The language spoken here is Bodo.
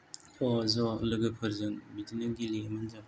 ज' ज' लोगोफोरजों बिदिनो गेलेयोमोन जों